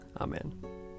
Amen